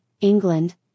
England